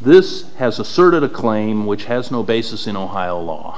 this has asserted a claim which has no basis in ohio law